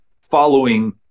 following